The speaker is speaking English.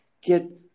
get